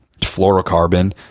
fluorocarbon